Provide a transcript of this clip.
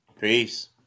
Peace